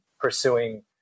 pursuing